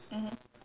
mmhmm